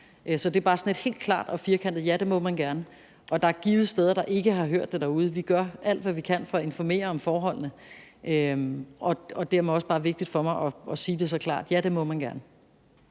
Så det er bare sådan et helt klart og firkantet ja: Det må man gerne. Og der er givet steder derude, der ikke har hørt det. Vi gør alt, hvad vi kan, for at informere om forholdene. Og dermed er det også bare vigtigt for mig at sige det så klart: Ja, det må man gerne.